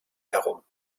herum